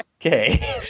Okay